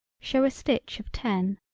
show a stitch of ten.